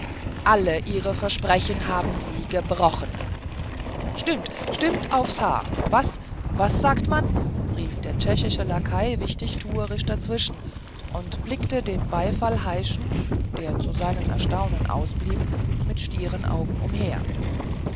alle ihre versprechen haben sie gebrochen stimmt stimmt aufs haar was was sagt man rief der tschechische lakai wichtigtuerisch dazwischen und blickte den beifall heischend der zu seinem erstaunen ausblieb mit stieren augen umher